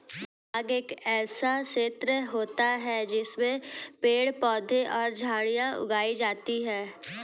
बाग एक ऐसा क्षेत्र होता है जिसमें पेड़ पौधे और झाड़ियां उगाई जाती हैं